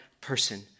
person